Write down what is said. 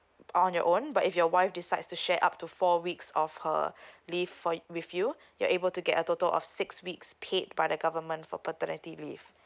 on your own but if your wife decides to share up to four weeks of her leave for with you you're able to get a total of six weeks paid by the government for paternity leave